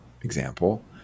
example